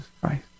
Christ